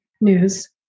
news